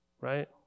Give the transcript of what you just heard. right